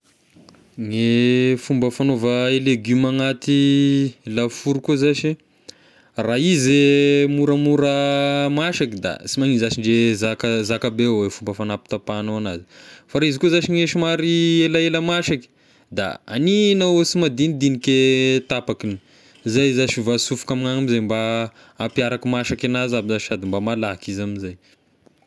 Ny fomba fagnaova e legioma anaty la four koa zashy, raha izy e moramora masaky da sy magnino zashy ndre zaka zakabe eo fomba fanapitapahagnao anazy, fa raha izy koa zashy gne somary ela ela masaky da haninao simasinidinika tapakagny, zay zashy vao asofoka amenagny amizay mba hampiaraky masaky anazy aby sady mba malaky izy amizay.